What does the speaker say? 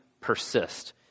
persist